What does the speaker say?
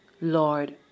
Lord